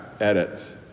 edit